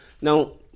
Now